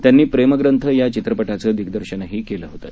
त्यांनी प्रेम ग्रंथ चित्रपटाचं दिग्दर्शन केलं होतं